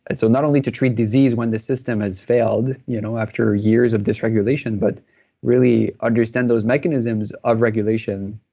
and so not only to treat disease when the system has failed you know after after years of dysregulation, but really understand those mechanisms of regulation,